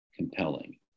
compelling